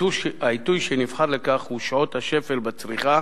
העיתוי שנבחר לכך הוא שעות השפל בצריכה,